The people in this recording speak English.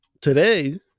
today